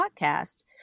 podcast